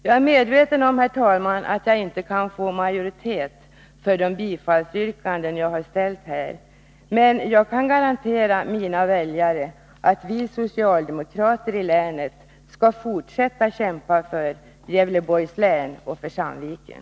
Jagär, herr talman, medveten om att jag inte kan få majoritet för de förslag som jag har yrkat bifall till, men jag kan garantera mina väljare att vi socialdemokrater i länet skall fortsätta att kämpa för Gävleborgs län och för Sandviken.